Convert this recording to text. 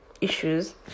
issues